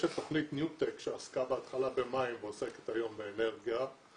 יש את תוכנית ניו-טק שעסקה בהתחלה במים ועוסקת היום באנרגיה.